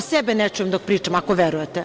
Sebe ne čujem dok pričam, ako verujete.